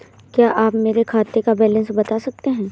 क्या आप मेरे खाते का बैलेंस बता सकते हैं?